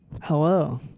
Hello